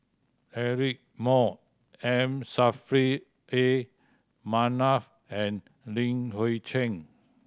Eric Moo M Saffri A Manaf and Li Hui Cheng